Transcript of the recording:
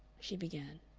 she began.